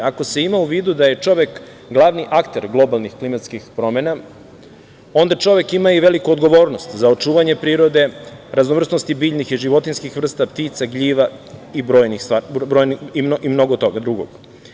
Ako se ima u vidu da je čovek glavni akter globalnih klimatskih promena, onda čovek ima i veliku odgovornost za očuvanje prirode, raznovrsnosti biljnih i životinjskih vrsta ptica, gljiva i mnogo toga drugog.